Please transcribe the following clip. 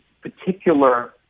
particular